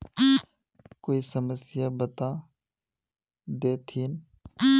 कोई समस्या बता देतहिन?